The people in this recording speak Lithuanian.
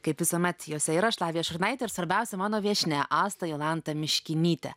kaip visuomet jose ir aš lavija šurnaitė ir svarbiausia mano viešnia asta jolanta miškinytė